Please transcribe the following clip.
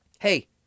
Hey